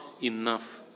enough